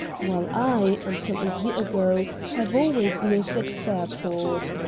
while i, until a year ago, have always lived at fairport.